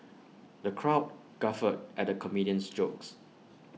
the crowd guffawed at the comedian's jokes